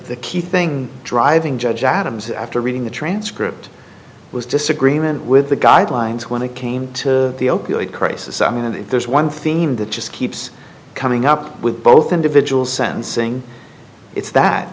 the key thing driving judge adams after reading the transcript was disagreement with the guidelines when it came to the opioid crisis i mean and if there's one theme that just keeps coming up with both individual sentencing it's that